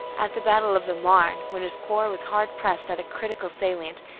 at the battle of the marne, when his corps was hard pressed at a critical salient,